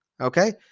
Okay